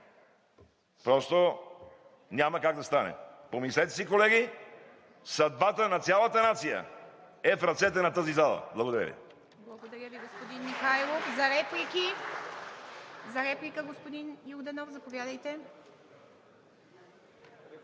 Просто няма как да стане. Помислете си, колеги – съдбата на цялата нация е в ръцете на тази зала. Благодаря Ви.